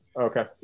Okay